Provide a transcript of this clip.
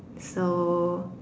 so